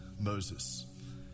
Moses